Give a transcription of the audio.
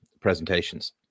presentations